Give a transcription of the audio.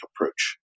approach